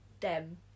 Dem